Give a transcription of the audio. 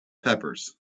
peppers